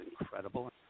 incredible